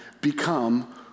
become